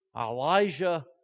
Elijah